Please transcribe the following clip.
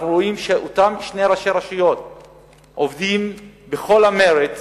אנחנו רואים שאותם שני ראשי רשויות עובדים בכל המרץ,